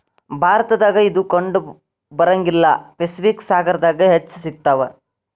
ಭಾರತದಾಗ ಇದು ಕಂಡಬರಂಗಿಲ್ಲಾ ಪೆಸಿಫಿಕ್ ಸಾಗರದಾಗ ಹೆಚ್ಚ ಸಿಗತಾವ